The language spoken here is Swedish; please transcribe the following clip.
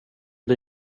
bli